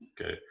Okay